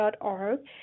.org